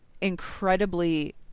incredibly